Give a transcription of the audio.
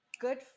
good